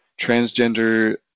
transgender